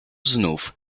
znów